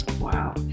Wow